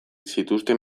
zituzten